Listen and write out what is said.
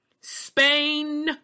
Spain